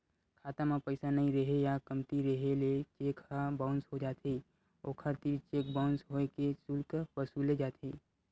खाता म पइसा नइ रेहे या कमती रेहे ले चेक ह बाउंस हो जाथे, ओखर तीर चेक बाउंस होए के सुल्क वसूले जाथे